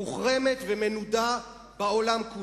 מוחרמת ומנודה בעולם.